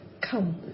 Come